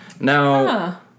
Now